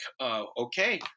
okay